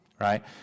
right